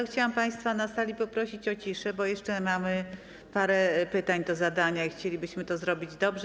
Chciałam państwa na sali poprosić o ciszę, bo jeszcze mamy parę pytań do zadania i chcielibyśmy to zrobić dobrze.